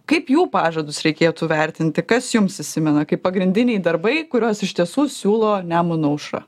kaip jų pažadus reikėtų vertinti kas jums įsimena kaip pagrindiniai darbai kuriuos iš tiesų siūlo nemuno aušra